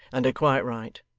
and are quite right.